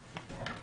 כן.